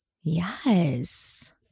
Yes